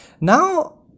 now